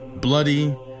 bloody